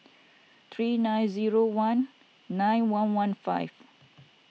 three nine zero one nine one one five